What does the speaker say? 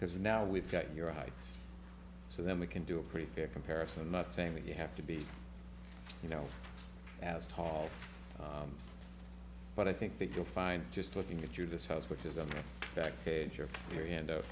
because now we've got your height so then we can do a pretty fair comparison not saying that you have to be you know as tall but i think that you'll find just looking at your this house which is on the back page your theory